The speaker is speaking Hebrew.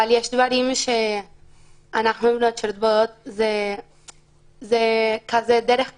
אבל יש דברים שאנחנו יודעות שזה דרך קשה.